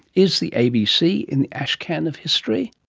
is the abc in the ashcan of history?